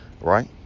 right